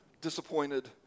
disappointed